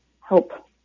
help